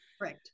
right